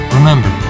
Remember